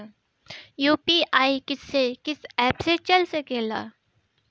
UPI किस्से कीस app से चल सकेला?